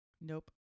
Nope